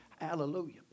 Hallelujah